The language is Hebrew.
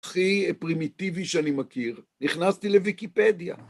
הכי פרימיטיבי שאני מכיר, נכנסתי לויקיפדיה.